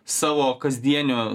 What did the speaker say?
savo kasdienio